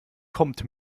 kommt